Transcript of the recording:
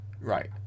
Right